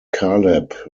caleb